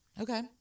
Okay